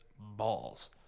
balls